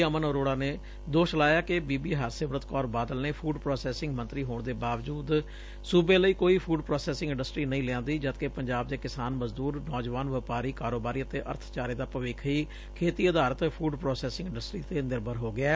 ਅਮਨ ਅਰੋੜਾ ਨੇ ਦੋਸ਼ ਲਾਇਆ ਕਿ ਬੀਬੀ ਹਰਸਿਮਰਤ ਕੌਰ ਬਾਦਲ ਨੇ ਫੁਡ ਪ੍ਰੋਸੈਸਿੰਗ ਮੰਤਰੀ ਹੋਣ ਦੇ ਬਾਵਜੁਦ ਸੁਬੇ ਲਈ ਕੋਈ ਫੂਡ ਪ੍ਰੋਸੈਸਿੰਗ ਇੰਡਸਟਰੀ ਨਹੀ ਲਿਆਂਦੀ ਜਦਕਿ ਪੰਜਾਬ ਦੇ ਕਿਸਾਨ ਮਜ਼ਦੂਰ ਨੌਜਵਾਨ ਵਪਾਰੀ ਕਾਰੋਬਾਰੀ ਅਤੇ ਅਰਬਚਾਰੇ ਦਾ ਭਵਿੱਖ ਹੀ ਖੇਤੀ ਆਧਾਰਿਤ ਫੂਡ ਪ੍ਰੋਸੈਸਿੰਗ ਇੰਡਸਟਰੀ ਤੇ ਨਿਰਭਰ ਹੋ ਗਿਐ